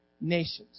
nations